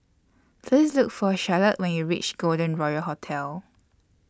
Please Look For Charolette when YOU REACH Golden Royal Hotel